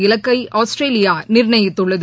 இலக்கை ஆஸ்திரேலியா நிர்ணயித்துள்ளது